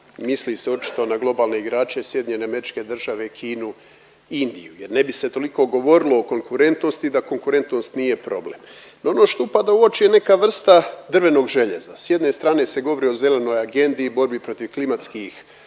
Mislim se očito na globalne igrače, SAD, Kinu, Indiju jer ne bi se toliko govorilo o konkurentnosti da konkurentnost nije problem. No, ono što upada u oči je neka vrsta drvenog željeza. S jedne strane se govori o zelenoj agendi i borbi protiv klimatskih